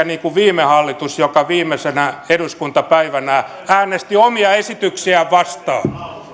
niin kuin viime hallitus joka viimeisenä eduskuntapäivänä äänesti omia esityksiään vastaan